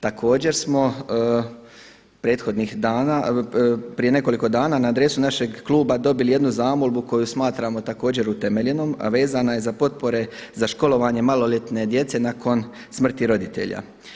Također smo prethodnih dana, prije nekoliko dana na adresu našeg kluba dobili jednu zamolbu koju smatramo također utemeljenom a vezana je za potpore za školovanje maloljetne djece nakon smrti roditelja.